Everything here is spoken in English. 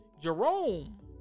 Jerome